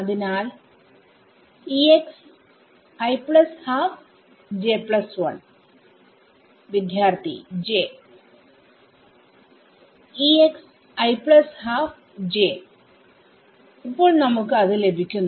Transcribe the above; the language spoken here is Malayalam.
അതിനാൽ വിദ്യാർത്ഥി j ഇപ്പോൾ നമുക്ക് അത് ലഭിക്കുന്നു